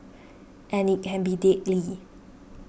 and it can be deadly